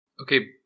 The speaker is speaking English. Okay